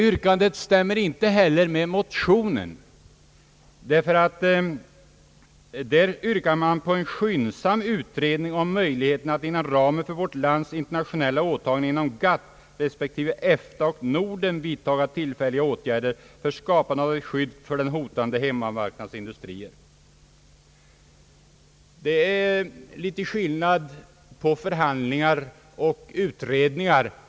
Yrkandet stämmer inte heller med motionen, där det yrkas på »skyndsam utredning om möjligheterna att inom ramen för vårt lands internationella åtagande inom GATT resp. EFTA och Norden vidtaga tillfälliga åtgärder för skapande av ett förbättrat skydd för hotade svenska hemmamarknadsindustrier». Det är litet skillnad på förhandlingar och utredningar.